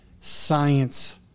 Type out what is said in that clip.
science